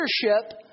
leadership